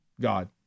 God